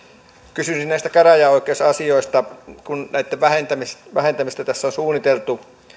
kysyisin näistä käräjäoikeusasioista kun näitten vähentämistä tässä on suunniteltu